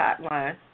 Hotline